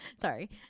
Sorry